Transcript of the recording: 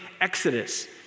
exodus